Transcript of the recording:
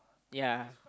ya